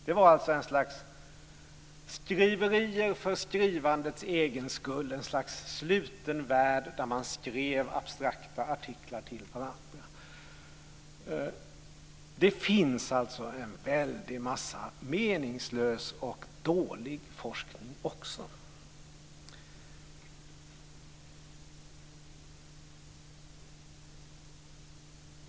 Det var alltså ett slags skriverier för skrivandets egen skull - ett slags sluten värld där man skrev abstrakta artiklar till varandra. Det finns alltså en väldig massa meningslös och dålig forskning också.